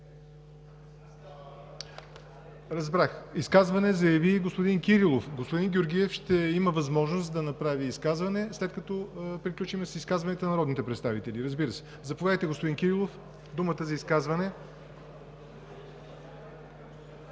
за изказване заяви господин Кирилов. (Реплики.) Господин Георгиев ще има възможност да направи изказване, след като приключим с изказванията на народните представители. Заповядайте, господин Кирилов, имате думата за изказване.